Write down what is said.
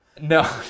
No